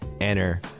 Enter